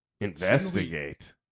investigate